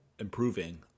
improving